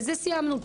בזה סיימנו.